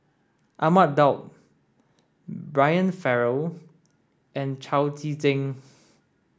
Ahmad Daud Brian Farrell and Chao Tzee Cheng